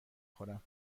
خورم